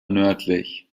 nördlich